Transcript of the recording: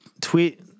Tweet